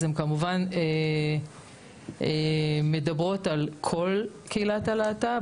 אז כמובן שהן מדברות על כל קהילת הלהט״ב,